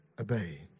obey